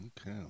Okay